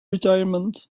retirement